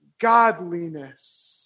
godliness